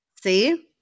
see